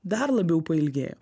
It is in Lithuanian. dar labiau pailgėjo